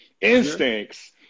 instincts